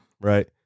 right